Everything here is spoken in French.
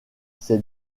c’est